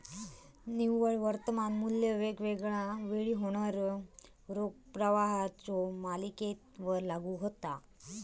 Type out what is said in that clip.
निव्वळ वर्तमान मू्ल्य वेगवेगळा वेळी होणाऱ्यो रोख प्रवाहाच्यो मालिकेवर लागू होता